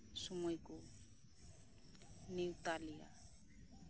ᱥᱚᱢᱚᱭ ᱠᱚ ᱱᱮᱣᱛᱟ ᱞᱮᱭᱟ